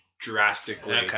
drastically